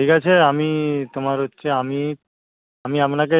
ঠিক আছে আমি তোমার হচ্ছে আমি আমি আপনাকে